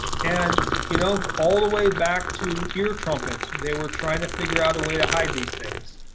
and you know all the way back to ear trumpets they were trying to figure out a way to hide these things.